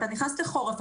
אתה נכנס לחורף,